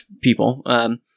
people